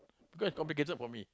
because it's complicated for me